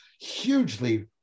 hugely